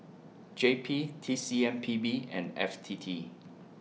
J P T C M P B and F T T